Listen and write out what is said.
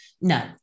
No